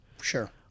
Sure